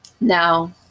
Now